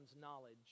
knowledge